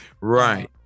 Right